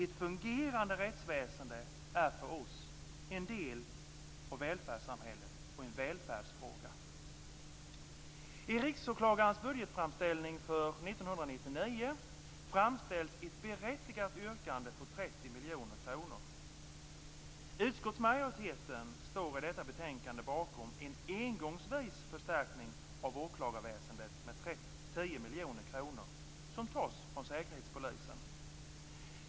Ett fungerande rättsväsende är för oss en del av välfärdssamhället, en välfärdsfråga. framställs ett berättigat yrkande på 30 miljoner kronor. Utskottsmajoriteten står i detta betänkande bakom en engångsförstärkning av åklagarväsendet med 10 miljoner kronor, som tas från Säkerhetspolisen.